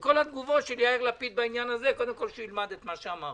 כל התגובות של יאיר לפיד בעניין הזה קודם כול שילמד את מה שאמרתי.